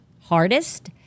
hardest